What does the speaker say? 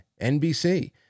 nbc